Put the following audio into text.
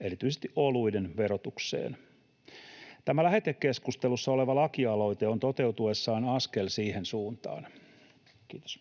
erityisesti oluiden, verotukseen. Tämä lähetekeskustelussa oleva lakialoite on toteutuessaan askel siihen suuntaan. — Kiitos.